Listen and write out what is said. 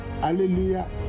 Hallelujah